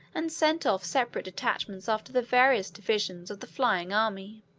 and sent off separate detachments after the various divisions of the flying army.